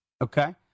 okay